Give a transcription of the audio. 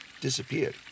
disappeared